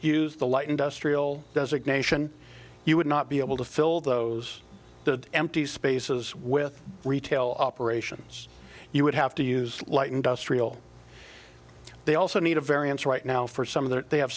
use the light industrial designation you would not be able to fill those good empty spaces with retail operations you would have to use light industrial they also need a variance right now for some of that they have